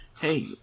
Hey